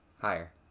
Higher